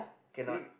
cannot